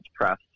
press